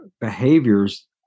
behaviors